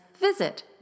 visit